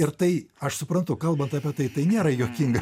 ir tai aš suprantu kalbant apie tai tai nėra juokinga